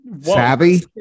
savvy